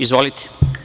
Izvolite.